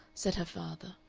said her father.